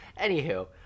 anywho